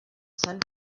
sun